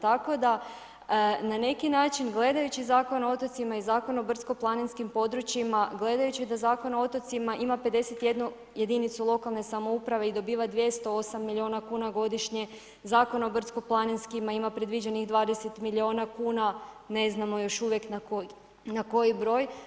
Tako da na neki način gledajući Zakon o otocima i Zakon o brdsko-planinskim područjima, gledajući da Zakon o otocima ima 51 jedinicu lokalne samouprave i dobiva 208 milijuna kuna godišnje, Zakon o brdsko-planinskima ima predviđenih 20 miliona kuna, ne znamo još uvijek na koji broj.